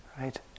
right